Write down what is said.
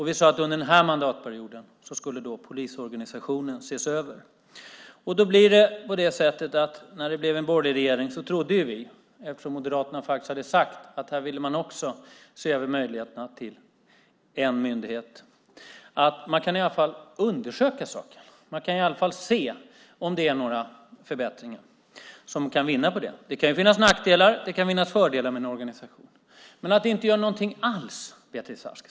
Vi sade att under den här mandatperioden skulle polisorganisationen ses över. När det då blev en borgerlig regering trodde vi, eftersom Moderaterna faktiskt hade sagt att också de ville se över möjligheterna till en myndighet, att ni i alla fall skulle undersöka saken. Man skulle i alla fall kunna se om det skulle bli några förbättringar och om man skulle vinna något på detta. Det kan finnas nackdelar och fördelar med en organisation. Men ni gör inte någonting alls, Beatrice Ask!